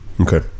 Okay